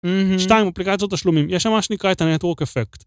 שתיים, אפליקציות ושלומים. יש שם מה שנקרא את הנטוורק אפקט.